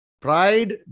Pride